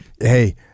Hey